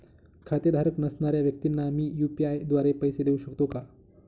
खातेधारक नसणाऱ्या व्यक्तींना मी यू.पी.आय द्वारे पैसे देऊ शकतो का?